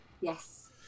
yes